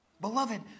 Beloved